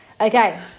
Okay